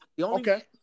Okay